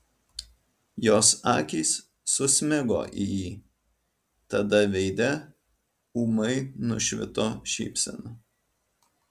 jos akys susmigo į jį tada veide ūmai nušvito šypsena